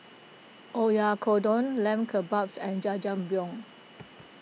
Oyakodon Lamb Kebabs and Jajangmyeon